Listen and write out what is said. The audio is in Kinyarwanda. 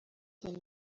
cyane